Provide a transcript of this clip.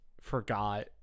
forgot